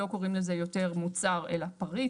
לא קוראים לזה יותר מוצר אלא פריט,